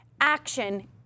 action